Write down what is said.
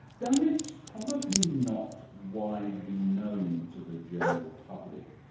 dummett's probably not widely known to the general public.